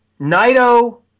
Naito